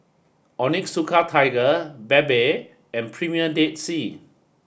Onitsuka Tiger Bebe and Premier Dead Sea